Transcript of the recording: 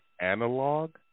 analog